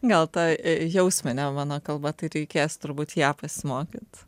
gal ta jausminė mano kalba tai reikės turbūt ją pasimokyt